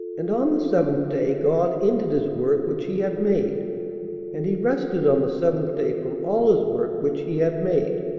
and on the seventh day god ended his work which he had made and he rested on the seventh day from all his work which he had made.